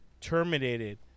terminated